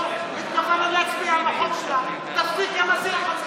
אנחנו מתכוונים להצביע עכשיו,